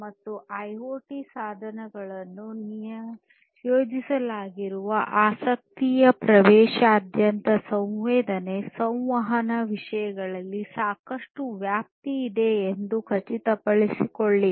ಮತ್ತು ಐಒಟಿ ಸಾಧನಗಳನ್ನು ನಿಯೋಜಿಸಲಾಗಿರುವ ಆಸಕ್ತಿಯ ಪ್ರದೇಶದಾದ್ಯಂತ ಸಂವೇದನೆ ಸಂವಹನ ವಿಷಯದಲ್ಲಿ ಸಾಕಷ್ಟು ವ್ಯಾಪ್ತಿ ಇದೆ ಎಂದು ಖಚಿತಪಡಿಸಿಕೊಳ್ಳಿ